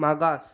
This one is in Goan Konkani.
मागास